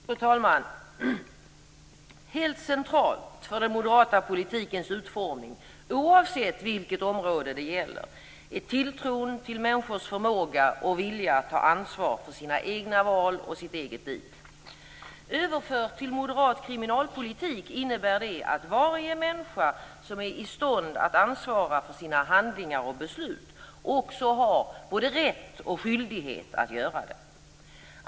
Fru talman! Helt centralt för den moderata politikens utformning - oavsett vilket området det gäller - är tilltron till människors förmåga och vilja att ta ansvar för sina egna val och sitt eget liv. Överfört till moderat kriminalpolitik innebär det att varje människa som är i stånd att ansvara för sina handlingar och beslut också har både rätt och skyldighet att göra det.